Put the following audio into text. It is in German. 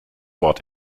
wort